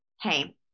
Hey